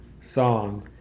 song